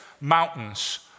mountains